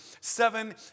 seven